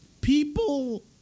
people